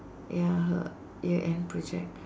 ya her year end project